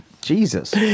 Jesus